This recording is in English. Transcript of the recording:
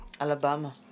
Alabama